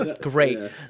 great